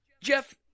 Jeff